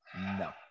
No